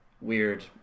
weird